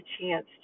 chance